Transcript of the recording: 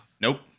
Nope